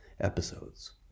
Episodes